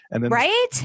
Right